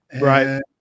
Right